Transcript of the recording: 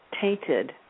tainted